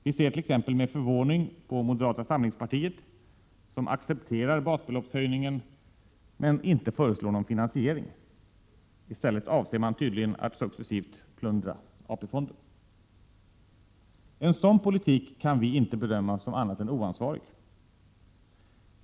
Vi ser t.ex. med förvåning på moderata samlingspartiet, som accepterar basbeloppshöjningen men inte föreslår någon finansiering — i stället avser man tydligen att successivt plundra AP-fonden. En sådan politik kan vi inte bedöma som annat än oansvarig.